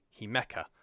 Himeka